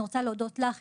אני רוצה להודות לך,